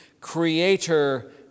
creator